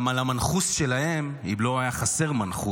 גם, על המנחוס שלהם, אם לא היה חסר מנחוס,